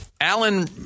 Alan